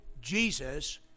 Jesus